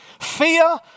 Fear